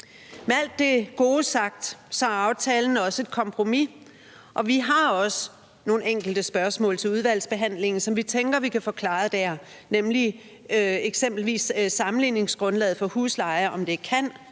Med alt det gode sagt er aftalen også et kompromis, og vi har også nogle enkelte spørgsmål til udvalgsbehandlingen, som vi tænker at vi kan få klaret der, nemlig eksempelvis om sammenligningsgrundlaget for husleje kan